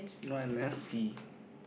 not unless he